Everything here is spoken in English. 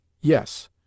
Yes